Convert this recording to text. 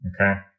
Okay